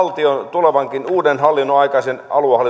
tulevankin uuden hallinnon aikaisen